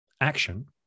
action